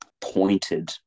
pointed